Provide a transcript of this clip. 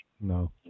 No